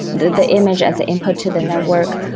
the the image as input to the network.